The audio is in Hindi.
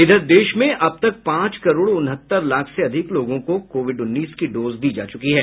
इधर देश में अब तक पांच करोड़ उनहत्तर लाख से अधिक लोगों को कोविड उन्नीस की डोज दी जा चुकी है